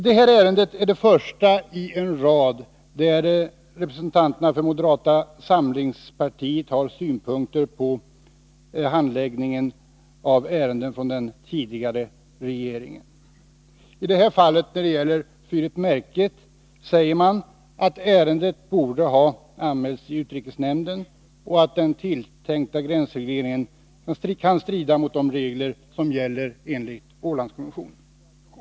Detta ärende är det första i en rad där representanterna för moderata samlingspartiet har synpunkter på handläggningen av ärenden under den tidigare regeringens mandatperiod. I detta fall, då det gäller fyren Märket, säger de att ärendet borde ha anmälts i utrikesnämnden och att den tilltänkta gränsregleringen kan strida mot de regler som gäller enligt Ålandskonventionen.